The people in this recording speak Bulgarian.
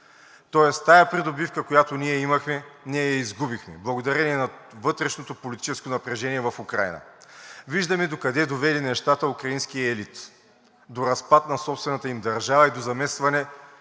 Тоест тази придобивка, която ние имахме, я изгубихме благодарение на вътрешното политическо напрежение в Украйна. Виждаме докъде доведе нещата украинският елит – до разпад на собствената им държава и до замесване